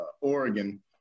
Oregon